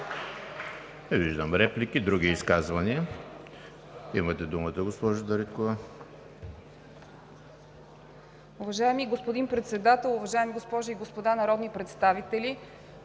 виждам реплики. Други изказвания? Имате думата, госпожо Дариткова.